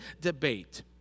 debate